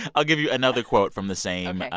i'll give you another quote from the same.